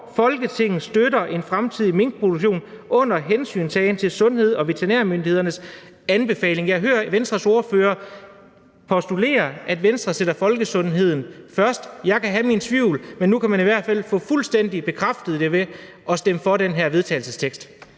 »Folketinget støtter en fremtidig minkproduktion under hensyntagen til sundheds- og veterinærmyndighedernes anbefalinger.« Jeg hører Venstres ordfører postulere, at Venstre sætter folkesundheden først. Jeg kan have mine tvivl, men nu kan man i hvert fald bekræfte det fuldstændig ved at stemme for det her forslag til